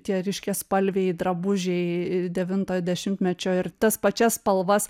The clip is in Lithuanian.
tie ryškiaspalviai drabužiai devintojo dešimtmečio ir tas pačias spalvas